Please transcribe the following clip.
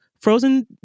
frozen